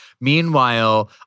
Meanwhile